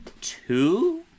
two